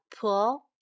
pull